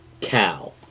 cow